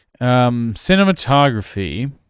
Cinematography